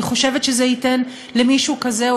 אני חושבת שזה ייתן למישהו כזה או